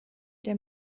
der